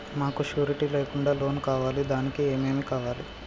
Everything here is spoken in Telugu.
మాకు షూరిటీ లేకుండా లోన్ కావాలి దానికి ఏమేమి కావాలి?